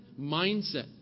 mindset